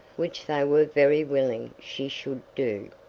which they were very willing she should do.